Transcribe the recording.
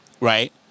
Right